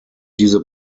diese